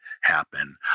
happen